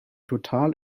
total